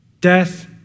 Death